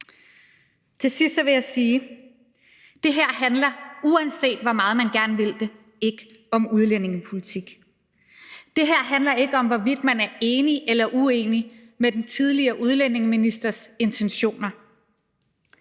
Til sidst vil jeg sige, at det her, uanset hvor meget man gerne vil det, ikke handler om udlændingepolitik. Det her handler ikke om, hvorvidt man er enig eller uenig med den tidligere udlændinge- og integrationsministers